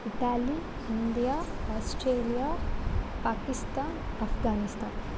Italy India Australia Pakistan Afghanistan